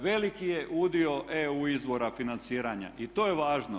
Veliki je udio EU izvora financiranja i to je važno.